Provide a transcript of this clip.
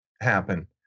happen